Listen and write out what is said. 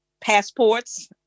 passports